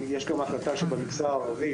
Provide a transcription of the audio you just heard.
יש גם החלטה שבמגזר הערבי,